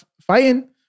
fighting